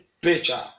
picture